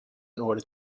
order